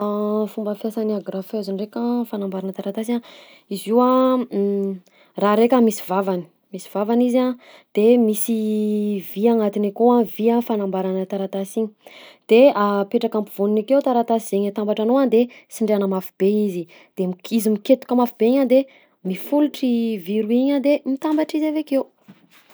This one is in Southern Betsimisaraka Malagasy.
Fomba fiasan'ny agrafeuse ndraika am'fanambarana taratasy a: izy io a raha araika misy vavany, misy vavany izy a de misy vy agnatiny akao a, vy a fanambaragna taratasy igny de apetraka ampovoaniny taratasy zaigny atambatranao a de sindriana mafy be izy, de mik- izy miketoka mafy be igny a de mifolitr'i vy roy igny a de mitambatra izy avy akeo.